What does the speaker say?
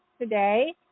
today